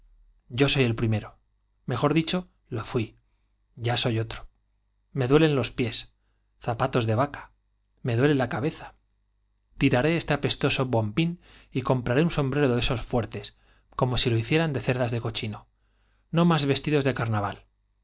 yo soy el primero mejor dicho lo fut ya soy otro me duelen los pies zapatos de vaca me duele la cabeza tiraré este apestoso bombín y sombrero de esos fuertes como si lo compraré un hicieran de cerdas de cochino n o más vestidos de carnaval